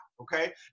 okay